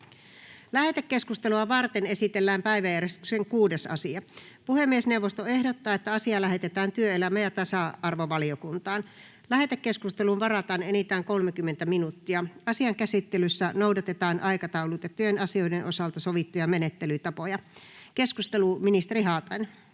Lähetekeskustelua varten esitellään päiväjärjestyksen 4. asia. Puhemiesneuvosto ehdottaa, että asia lähetetään sosiaali- ja terveysvaliokuntaan. Tähän lähetekeskusteluun varataan enintään 30 minuuttia. Asian käsittelyssä noudatetaan aikataulutettujen asioiden osalta sovittuja menettelytapoja. — Esittelypuheenvuoro, ministeri Kiuru.